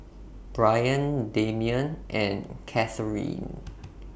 Bryan Damian and Katharine